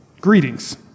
Greetings